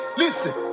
listen